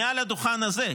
מעל הדוכן הזה,